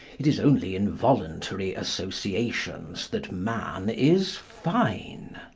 it is only in voluntary associations that man is fine.